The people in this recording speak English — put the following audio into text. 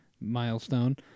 milestone